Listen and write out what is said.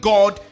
God